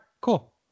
cool